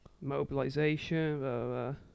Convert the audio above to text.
mobilization